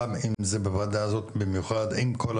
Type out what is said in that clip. גם אם זה בוועדה הזו במיוחד עם כל